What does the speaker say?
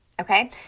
okay